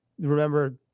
remember